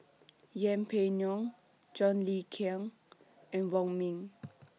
Yeng Pway Ngon John Le Cain and Wong Ming